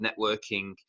networking